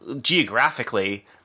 geographically –